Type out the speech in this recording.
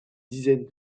dizaine